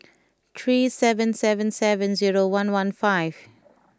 three seven seven seven zero one one five